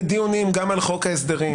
בדיונים גם על חוק ההסדרים,